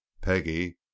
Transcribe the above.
peggy